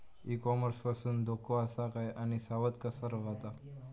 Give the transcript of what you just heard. E commerce पासून धोको आसा काय आणि सावध कसा रवाचा?